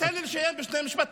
זה לא, תן לי לסיים בשני משפטים.